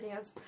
videos